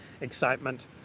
excitement